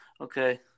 Okay